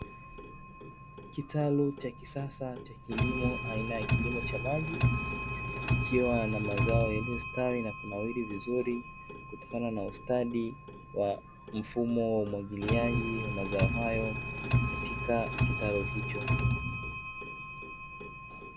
Kitalu cha kisasa cha kilimo, aina ya kilimo cha maji, ikiwa na mazao yaliyostawi na kunawiri vizuri kutokana na ustadi wa mfumo wa umwagiliaji wa mazao hayo katika kitalu hicho.